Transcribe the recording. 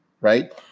right